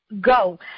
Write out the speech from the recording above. go